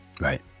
Right